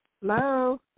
Hello